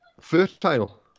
fertile